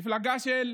המפלגה של